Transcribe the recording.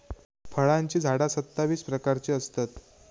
फळांची झाडा सत्तावीस प्रकारची असतत